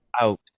out